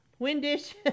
Windish